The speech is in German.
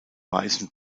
weißen